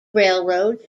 railroads